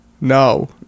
no